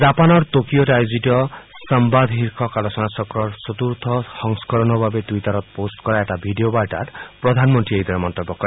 জাপানৰ টকিঅত আয়োজিত সংবাদ শীৰ্ষক আলোচনাচক্ৰৰ চতুৰ্থ সংস্থৰণৰ বাবে টুইটাৰত পষ্ট কৰা এটা ভিডিঅ' বাৰ্তাত প্ৰধানমন্ত্ৰীয়ে এইদৰে মন্তব্য কৰে